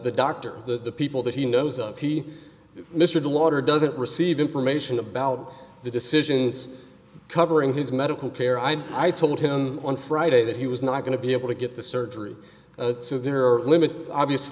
the doctor that the people that he knows of he mr de lauder doesn't receive information about the decisions covering his medical care i'm i told him on friday that he was not going to be able to get the surgery so there are limits obvious